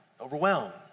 overwhelmed